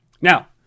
Now